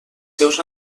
seus